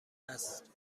است